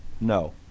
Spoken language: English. No